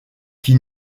qui